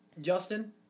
Justin